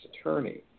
attorney